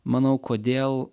manau kodėl